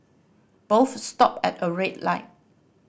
both stopped at a red light